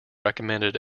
recommended